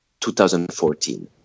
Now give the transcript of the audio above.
2014